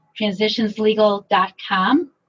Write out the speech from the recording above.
transitionslegal.com